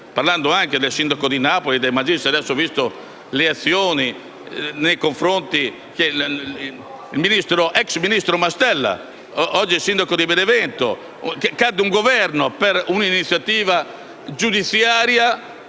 Parlando anche del sindaco di Napoli De Magistris, ho visto le azioni nei confronti dell'ex ministro Mastella, oggi sindaco di Benevento: cadde un Governo per un'iniziativa giudiziaria